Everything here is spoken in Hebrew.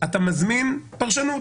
אתה מזמין פרשנות.